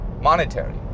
monetary